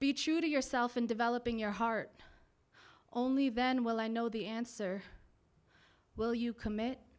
be true to yourself and developing your heart or only then will i know the answer will you commit